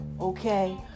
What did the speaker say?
okay